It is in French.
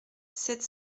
sept